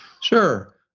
Sure